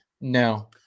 No